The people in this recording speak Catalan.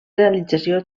realització